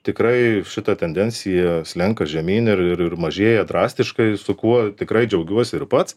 tikrai šita tendencija slenka žemyn ir ir mažėja drastiškai su kuo tikrai džiaugiuosi ir pats